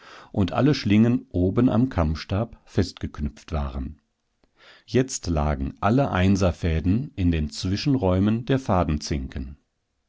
und alle schlingen oben am kammstab festgeknüpft waren jetzt lagen alle einserfäden in den zwischenräumen der